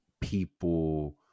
people